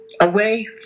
away